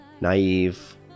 Naive